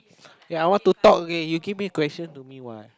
ya I want to talk okay you give me question to me what